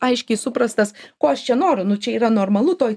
aiškiai suprastas ko aš čia noriu nu čia yra normalu toj